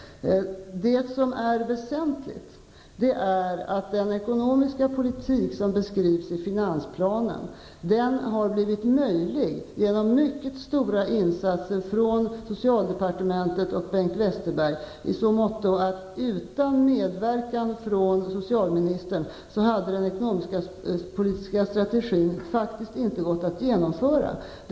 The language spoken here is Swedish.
Det som är väsentligt är att den ekonomiska politik som beskrivs i finansplanen har blivit möjlig genom mycket stora insatser från socialdepartementet och Bengt Westerberg, i så måtto att utan medverkan från socialministern hade den ekonomisk-politiska strategin faktiskt inte gått att genomföra.